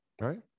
Right